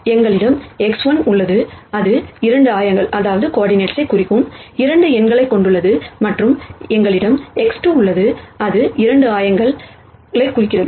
எங்களிடம் x1 உள்ளது இது 2 கோர்டினேட் குறிக்கும் 2 எண்களைக் கொண்டுள்ளது மற்றும் எங்களிடம் x2 உள்ளது இது 2 கோர்டினேட் குறிக்கிறது